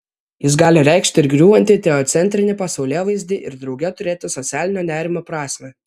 jis gali reikšti ir griūvantį teocentrinį pasaulėvaizdį ir drauge turėti socialinio nerimo prasmę